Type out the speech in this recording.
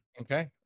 Okay